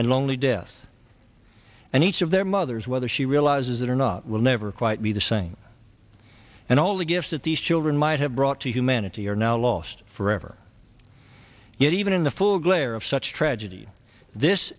and lonely death and each of their mothers whether she realizes it or not will never quite be the same and all the gifts that these children might have brought to humanity are now last forever yet even in the full glare of such tragedy this